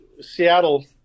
Seattle